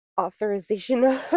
authorization